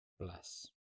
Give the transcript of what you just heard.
Bless